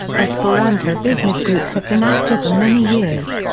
esperanto business groups have been active for many years.